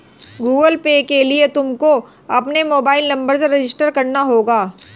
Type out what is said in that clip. Google Pay के लिए तुमको अपने मोबाईल नंबर से रजिस्टर करना होगा